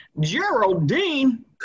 Geraldine